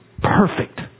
perfect